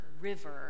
river